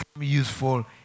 useful